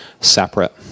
separate